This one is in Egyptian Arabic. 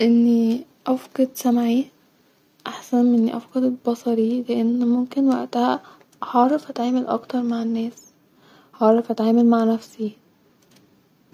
اني افقد سمعي-احسن من اني افقد بصري لان ممكن واقتها-هعرف اتعامل اكتر مع الناس-هعرف اتعامل مع نفسي